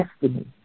destiny